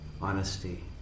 honesty